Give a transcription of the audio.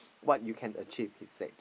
what you can achieved he said